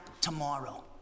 tomorrow